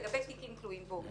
לגבי תיקים תלויים ועומדים.